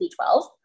B12